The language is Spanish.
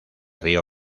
río